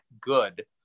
good